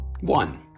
One